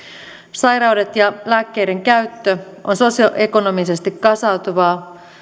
sairaudet ja lääkkeiden käyttö ovat sosioekonomisesti kasautuvia